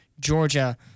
Georgia